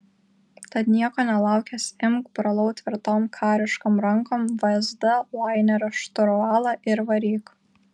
tad nieko nelaukęs imk brolau tvirtom kariškom rankom vsd lainerio šturvalą ir varyk